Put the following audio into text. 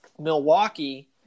Milwaukee